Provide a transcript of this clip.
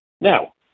Now